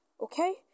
okay